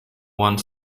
one